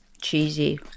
cheesy